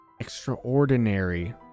extraordinary